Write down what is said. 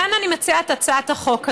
לכן אני מציעה את הצעת החוק הזאת.